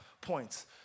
points